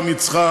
שלח,